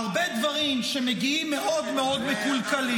הרבה דברים שמגיעים מאוד מאוד מקולקלים